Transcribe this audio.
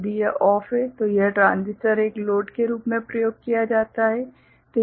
यदि यह OFF है तो यह ट्रांजिस्टर एक लोड के रूप में प्रयोग किया जाता है